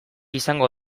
izango